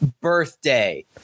birthday